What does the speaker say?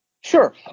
Sure